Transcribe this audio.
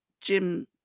Jim